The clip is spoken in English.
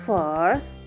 First